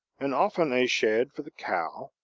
and often a shed for the cow,